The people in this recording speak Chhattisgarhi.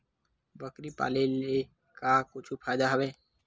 बकरी पाले ले का कुछु फ़ायदा हवय?